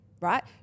right